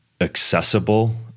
accessible